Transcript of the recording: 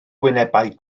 wynebau